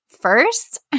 first